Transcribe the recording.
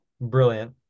Brilliant